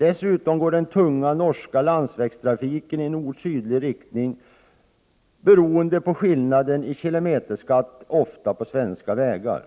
Dessutom går den tunga norska landsvägstrafiken i nord-sydlig riktning, på grund av skillnaden i kilometerskatt, ofta på svenska vägar.